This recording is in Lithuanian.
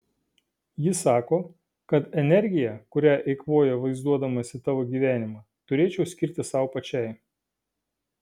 ji sako kad energiją kurią eikvoju vaizduodamasi tavo gyvenimą turėčiau skirti sau pačiai